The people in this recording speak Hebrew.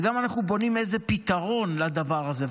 וגם אנחנו בונים איזה פתרון לדבר הזה.